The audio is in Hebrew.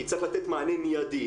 כי צריך לתת מענה מידי.